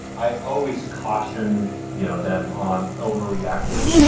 i always caution yeah them on overreacting.